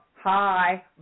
hi